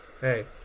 Hey